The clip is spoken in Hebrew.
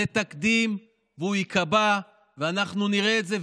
זה תקדים והוא ייקבע, ואנחנו נראה את זה.